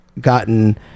gotten